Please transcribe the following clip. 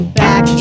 back